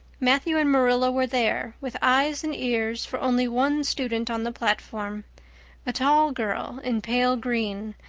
matthew and marilla were there, with eyes and ears for only one student on the platform a tall girl in pale green,